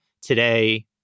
today